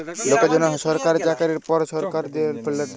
লকের জ্যনহ ছরকারি চাকরির পরে ছরকার যে ফাল্ড দ্যায়